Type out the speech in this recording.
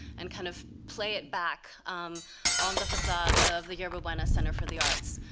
and kind of play it back on the facade of the yerba buena center for the arts.